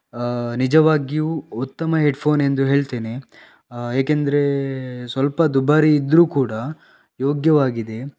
ನಿಜವಾಗಿಯೂ ಉತ್ತಮ ಹೆಡ್ಫೋನ್ ಎಂದು ಹೇಳ್ತೇನೆ ಏಕೆಂದರೆ ಸ್ವಲ್ಪ ದುಬಾರಿ ಇದ್ದರೂ ಕೂಡ ಯೋಗ್ಯವಾಗಿದೆ